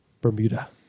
bermuda